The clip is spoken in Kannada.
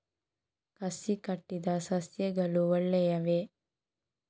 ಕಸಿ ಕಟ್ಟಿದ ಸಸ್ಯಗಳು ಒಳ್ಳೆಯವೇ?